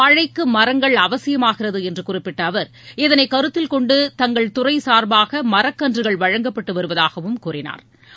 மழைக்கு மரங்கள் அவசியமாகிறது என்று குறிப்பிட்ட அவர் இதனை கருத்தில் கொண்டு தங்கள் துறை சாா்பாக மரக்கன்றுகள் வழங்கப்பட்டு வருவதாகவும் அவா் கூறினாா்